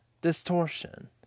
distortion